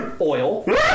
Oil